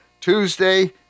Tuesday